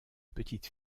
petite